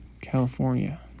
California